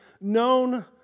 known